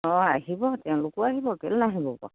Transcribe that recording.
অঁ আহিব তেওঁলোকো আহিব কেলে নাহিব বাৰু